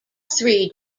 three